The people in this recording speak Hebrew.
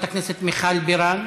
חברת הכנסת מיכל בירן.